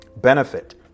Benefit